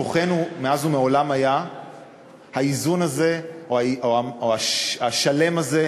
כוחנו מאז ומעולם היה האיזון הזה, או השלם הזה,